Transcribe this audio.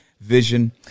vision